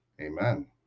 Amen